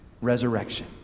resurrection